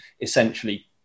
essentially